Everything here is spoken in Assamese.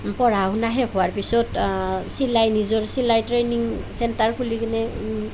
পঢ়া শুনা শেষ হোৱাৰ পিছত চিলাই নিজৰ চিলাই ট্ৰেইনিং চেণ্টাৰ খুলি কিনে